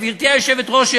גברתי היושבת-ראש,